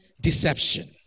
deception